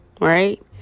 right